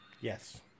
Yes